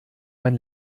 mein